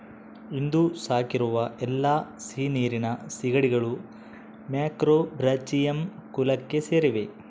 ಇಂದು ಸಾಕಿರುವ ಎಲ್ಲಾ ಸಿಹಿನೀರಿನ ಸೀಗಡಿಗಳು ಮ್ಯಾಕ್ರೋಬ್ರಾಚಿಯಂ ಕುಲಕ್ಕೆ ಸೇರಿವೆ